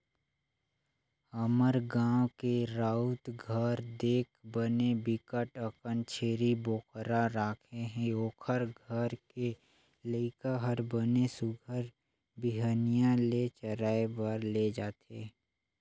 हमर गाँव के राउत घर देख बने बिकट अकन छेरी बोकरा राखे हे, ओखर घर के लइका हर बने सुग्घर बिहनिया ले चराए बर ले जथे